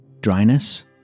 Dryness